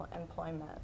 employment